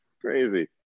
crazy